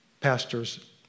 pastors